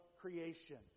creation